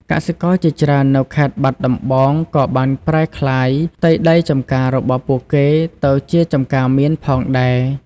កសិករជាច្រើននៅខេត្តបាត់ដំបងក៏បានប្រែក្លាយផ្ទៃដីចម្ការរបស់ពួកគេទៅជាចម្ការមៀនផងដែរ។